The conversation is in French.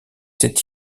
c’est